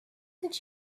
did